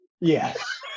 Yes